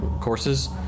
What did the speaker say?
courses